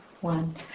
one